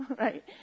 right